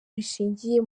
bishingiye